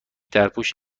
درپوش